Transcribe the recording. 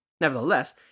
Nevertheless